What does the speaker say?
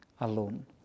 alone